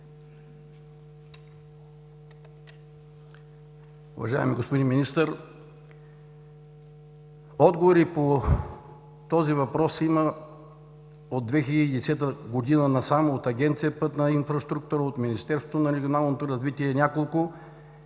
Уважаеми господин Министър, отговори по този въпрос има от 2010 г. насам от Агенция „Пътна инфраструктура“, от Министерството на регионалното развитие и